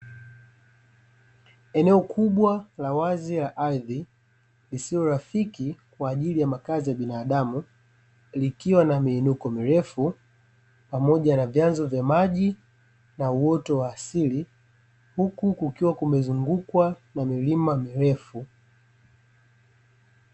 Eneo kubwa la wazi la ardhi, lisilo rafiki kwa ajili makazi ya binadamu, likiwa na miinuko mirefu, pamoja na vyanzo vya maji na uoto wa asili, huku kukiwa kumezungukwa na milima mirefu.